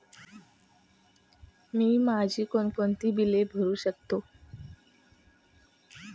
मी माझी कोणकोणती बिले भरू शकतो?